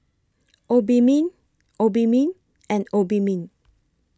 Obimin Obimin and Obimin